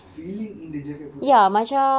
filling in the jacket potato